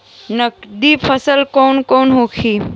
नकदी फसल कौन कौनहोखे?